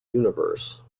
universe